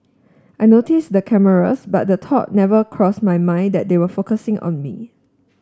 I noticed the cameras but the thought never crossed my mind that they were focusing on me